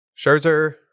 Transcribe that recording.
Scherzer